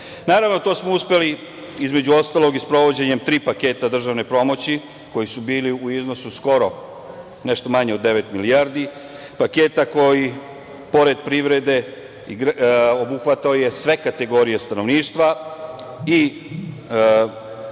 Naravno, to smo uspeli, između ostalog, i sprovođenjem tri paketa državne pomoći koji su bili u iznosu skoro nešto manje od devet milijardi, paketa koji je pored privrede obuhvatao sve kategorije stanovništva – i